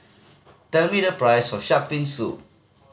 tell me the price of shark fin soup